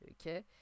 okay